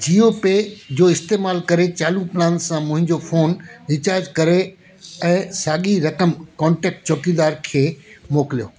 जीओपे जो इस्तमाल करे चालू प्लान सां मुंहिंजो फोन रीचार्ज करे ऐं साॻी रक़म कॉन्टेक्ट चौकीदार खे मोकलियो